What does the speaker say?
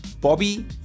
Bobby